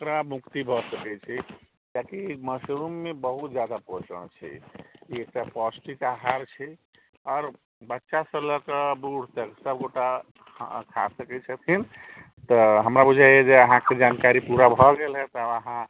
ओकरा मुक्ति भऽ सकै छै कियाकि मशरूममे बहुत ज्यादा पोषण छै ई एकटा पौष्टिक आहार छै आओर बच्चासँ लऽ कऽ बूढ़ तक सब गोटा खा सकै छथिन तऽ हमरा बुझाइए जे अहाँके जानकारी पूरा भऽ गेल हैत आब अहाँ